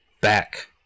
back